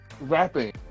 rapping